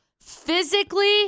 physically